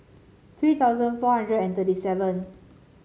three thousand four hundred and thirty seven